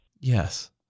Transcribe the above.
Yes